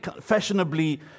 fashionably